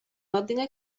ordine